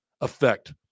effect